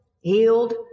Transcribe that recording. healed